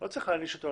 לא צריך להעניש אותו.